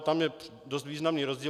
Tam je dost významný rozdíl.